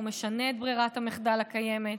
הוא משנה את ברירת המחדל הקיימת.